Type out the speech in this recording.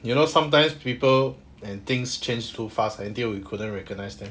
you know sometimes people and things change too fast until you couldn't recognise them